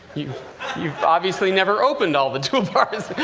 you've you've obviously never opened all the toolbars,